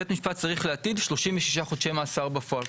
בית המשפט צריך להטיל 36 חודשי מאסר בפועל,